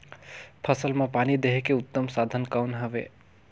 फसल मां पानी देहे के उत्तम साधन कौन हवे?